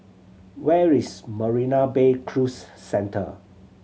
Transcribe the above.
where is Marina Bay Cruise Centre